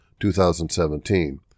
2017